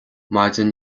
maidin